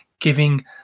giving